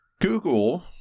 Google